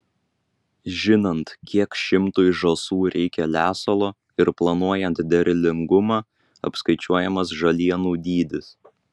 žinant kiek šimtui žąsų reikia lesalo ir planuojant derlingumą apskaičiuojamas žalienų dydis